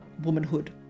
womanhood